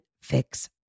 fix